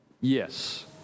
Yes